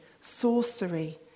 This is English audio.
sorcery